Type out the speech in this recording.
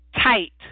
tight